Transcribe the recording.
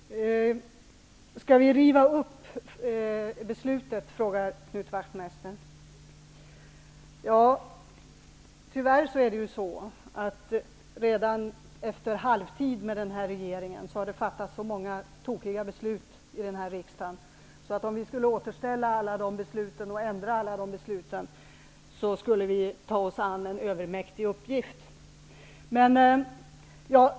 Fru talman! Knut Wachtmeister frågade om vi skall riva upp beslutet om vi kommer tillbaka makten. Redan efter halvtid med den här regeringen har det tyvärr fattats så många tokiga beslut i denna riksdag, att om vi skulle försöka återställa allt och ändra alla de besluten, skulle vi ta oss an en övermäktig uppgift.